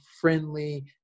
friendly